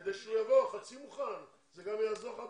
כדי שיבוא חצי מוכן, זה גם יעזור לך בישראל.